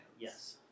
Yes